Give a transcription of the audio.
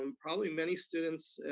um probably many students,